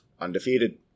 Undefeated